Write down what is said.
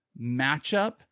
matchup